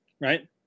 right